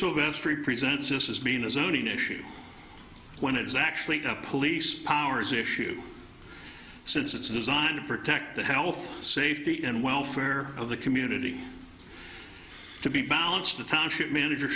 sylvester e presents this is being a zoning issue when it's actually a police powers issue since it's designed to protect the health safety and welfare of the community to be balanced